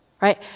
right